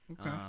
Okay